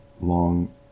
long